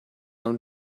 own